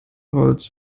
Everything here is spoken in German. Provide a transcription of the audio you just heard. holz